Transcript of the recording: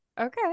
Okay